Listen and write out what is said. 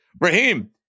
Raheem